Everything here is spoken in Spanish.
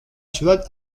ciudad